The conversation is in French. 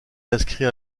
inscrit